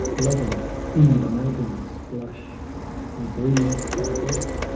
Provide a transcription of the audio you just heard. loving in the maiden's blush we breathe thy breath,